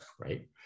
right